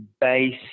base